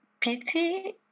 pity